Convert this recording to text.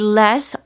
less